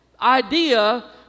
idea